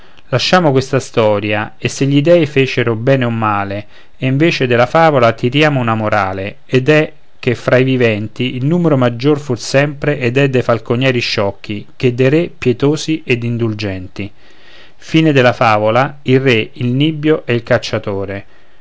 lasciamo questa storia e se gli dèi fecero bene o male e invece della favola tiriamo una morale ed è che fra i viventi il numero maggior fu sempre ed è dei falconieri sciocchi che dei re pietosi ed indulgenti a e